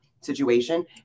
situation